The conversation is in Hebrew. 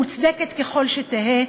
מוצדקת ככל שתהא,